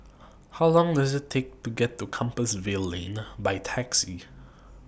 How Long Does IT Take to get to Compassvale Lane A By Taxi